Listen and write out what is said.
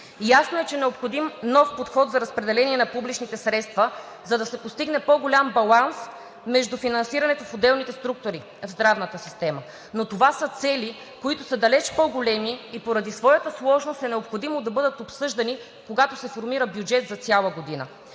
Ясно е, че е необходим нов подход за разпределение на публичните средства, за да се постигне по-голям баланс между финансирането в отделните структури в здравната система. Но това са цели, които са далеч по-големи, и поради своята сложност е необходимо да бъдат обсъждани, когато се формира бюджет за цяла година,